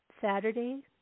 Saturday